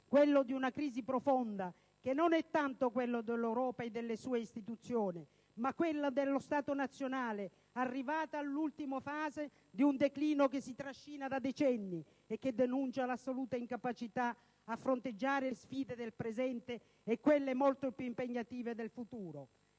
quello di una crisi profonda che non è tanto quella dell'Europa e delle sue istituzioni, ma quella dello Stato nazionale, arrivato all'ultima fase di un declino che si trascina da decenni e che denuncia l'assoluta incapacità a fronteggiare le sfide del presente e quelle molto più impegnative del futuro.